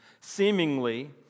seemingly